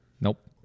Nope